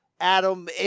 Adam